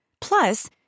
Plus